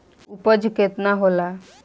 उपज केतना होला?